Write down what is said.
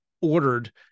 ordered